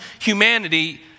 humanity